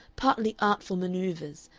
partly artful manoeuvres,